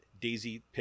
Daisy